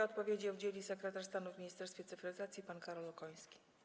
Odpowiedzi udzieli sekretarz stanu w Ministerstwie Cyfryzacji pan Karol Okoński.